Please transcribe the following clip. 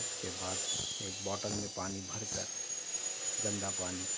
اس کے بعد ایک باٹل میں پانی بھر کر گندا پانی